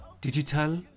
digital